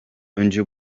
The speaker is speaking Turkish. önce